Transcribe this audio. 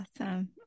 awesome